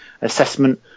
assessment